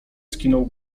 skinął